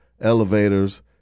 Elevators